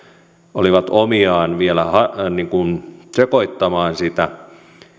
olivat omiaan vielä sekoittamaan sitä